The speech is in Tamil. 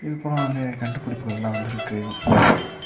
இதுபோல் நிறைய கண்டுபிடிப்புகள்லாம் வந்து இருக்கு